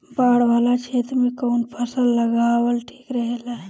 बाढ़ वाला क्षेत्र में कउन फसल लगावल ठिक रहेला?